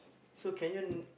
so can you